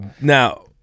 now